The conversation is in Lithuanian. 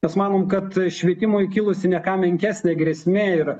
mes manom kad švietimui kilusi ne ką menkesnė grėsmė ir